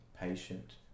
patient